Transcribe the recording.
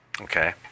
Okay